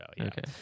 Okay